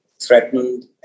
threatened